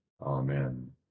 Amen